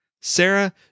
Sarah